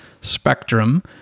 spectrum